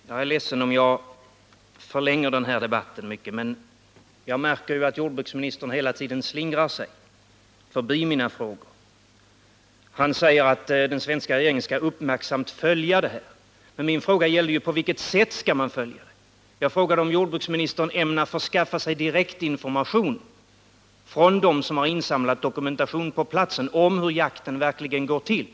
Herr talman! Jag är ledsen om jag förlänger den här debatten för mycket, men jag märker att jordbruksministern hela tiden slingrar sig förbi mina frågor. Han säger att den svenska regeringen uppmärksamt skall följa det här. Men min fråga gällde på vilket sätt som man skall följa detta. Jag frågade om jordbruksministern ämnar förskaffa sig direktinformation från dem som på platsen har insamlat dokumentation om hur jakten verkligen går till.